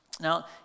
Now